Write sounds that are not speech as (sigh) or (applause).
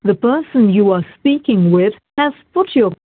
(unintelligible)